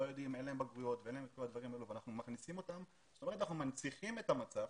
אין להם בגרויות ואנחנו מנציחים את המצב,